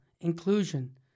inclusion